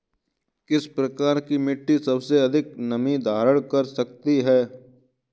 किस प्रकार की मिट्टी सबसे अधिक नमी धारण कर सकती है?